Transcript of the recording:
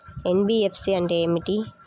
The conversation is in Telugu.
ఎన్.బీ.ఎఫ్.సి అంటే ఏమిటి?